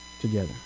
together